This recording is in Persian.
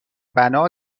بنا